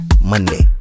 Monday